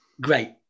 Great